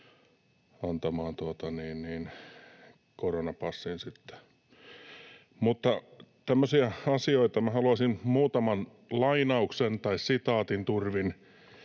antamaan koronapassin sitten. Mutta minä haluaisin muutaman lainauksen tai sitaatin turvin